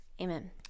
Amen